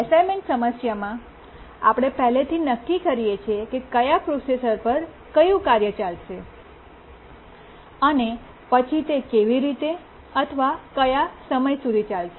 assignment સમસ્યામાં આપણે પહેલા નક્કી કરીએ છીએ કે કયા પ્રોસેસર પર કયું કાર્ય ચાલશે અને પછી તે કેવી રીતે અથવા કયા સમય સુધી ચાલશે